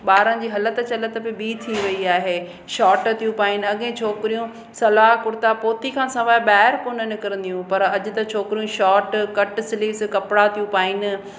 ॿारनि जी हलति चलति बि ॿी थी रई आहे शॉट थियूं पाइनि अॻिए छोकिरियूं सलवार कुर्ता पोती खां सवाइ ॿाहिरि कोन निकरंदियूं पर अॼुकल्ह छोकिरियूं शॉट कट स्लीव्स कपिड़ा थियूं पाइनि